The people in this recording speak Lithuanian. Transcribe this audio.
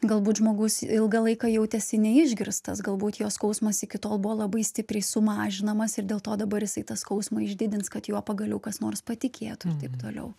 galbūt žmogus ilgą laiką jautėsi neišgirstas galbūt jo skausmas iki tol buvo labai stipriai sumažinamas ir dėl to dabar jisai tą skausmą išdidins kad juo pagaliau kas nors patikėtų ir taip toliau